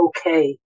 okay